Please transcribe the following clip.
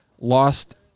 lost